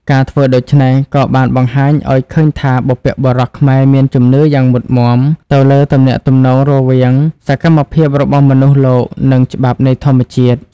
ការធ្វើដូច្នេះក៏បានបង្ហាញឲ្យឃើញថាបុព្វបុរសខ្មែរមានជំនឿយ៉ាងមុតមាំទៅលើទំនាក់ទំនងរវាងសកម្មភាពរបស់មនុស្សលោកនិងច្បាប់នៃធម្មជាតិ។